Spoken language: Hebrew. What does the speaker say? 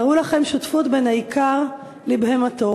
תארו לכם שותפות בין האיכר לבהמתו.